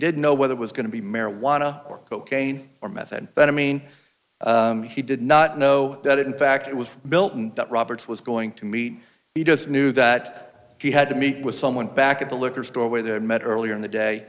didn't know whether it was going to be marijuana or cocaine or method that i mean he did not know that in fact it was built and that roberts was going to meet he just knew that he had to meet with someone back at the liquor store where they met earlier in the day